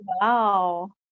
Wow